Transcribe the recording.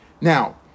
Now